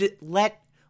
Let